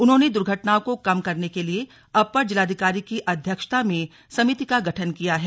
उन्होंने दुर्घटनाओं को कम करने के लिए अपर जिलाधिकारी की अध्यक्षता में समिति का गठन किया है